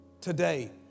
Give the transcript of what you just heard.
today